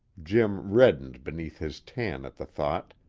jim reddened beneath his tan at the thought.